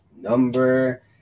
Number